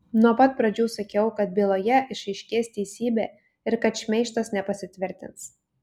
nuo pat pradžių sakiau kad byloje išaiškės teisybė ir kad šmeižtas nepasitvirtins